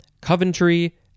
coventry